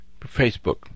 Facebook